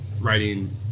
writing